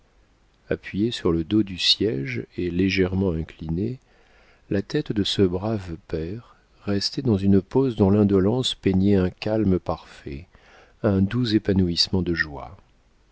appuyée sur le dos du siége et légèrement inclinée la tête de ce brave père restait dans une pose dont l'indolence peignait un calme parfait un doux épanouissement de joie